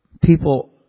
people